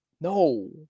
no